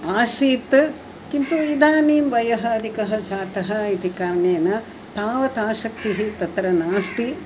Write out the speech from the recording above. आसीत् किन्तु इदानीं वयः अधिकः जातः इति कारणेन तावत् आसक्तिः तत्र नास्ति